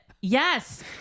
Yes